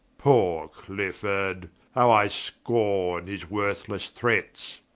poore clifford, how i scorne his worthlesse threats